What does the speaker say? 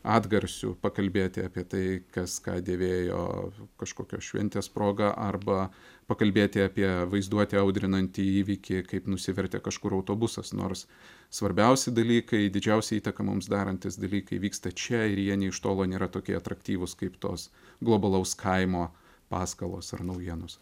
atgarsių pakalbėti apie tai kas ką dėvėjo kažkokios šventės proga arba pakalbėti apie vaizduotę audrinantį įvykį kaip nusivertė kažkur autobusas nors svarbiausi dalykai didžiausią įtaką mums darantys dalykai vyksta čia ir jie nė iš tolo nėra tokie atraktyvūs kaip tos globalaus kaimo paskalos ar naujienos